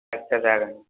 आथसा जागोन